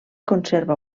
conserva